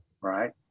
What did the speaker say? right